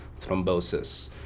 thrombosis